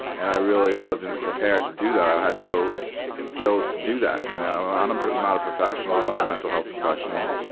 and i really wasn't prepared to do that. i had no skills to do that. you know um i'm not a professional. i'm not a mental health professional.